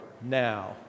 now